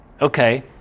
Okay